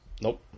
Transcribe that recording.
Nope